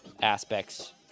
aspects